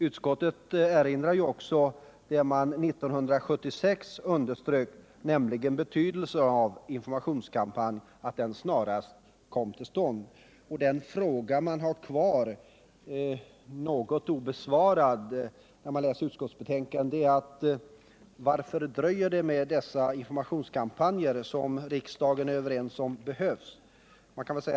Utskottet erinrar ju också om vad man 1976 underströk, nämligen betydelsen av att en informationskampanj snarast kommer till stånd. Den fråga som finns kvar obesvarad när man har läst utskottsbetänkandet är: Varför dröjer det med denna informationskampanj som riksdagen är överens om behövs?